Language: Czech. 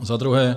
Za druhé.